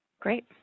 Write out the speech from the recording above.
Great